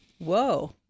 whoa